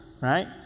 right